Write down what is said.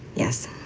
yes,